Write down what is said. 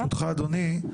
ברשותך אדוני,